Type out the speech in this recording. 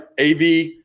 AV